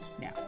now